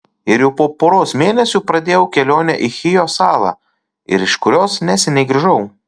ir jau po poros mėnesių pradėjau kelionę į chijo salą iš kurios neseniai grįžau